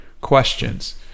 questions